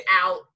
out